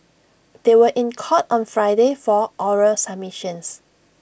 they were in court on Friday for oral submissions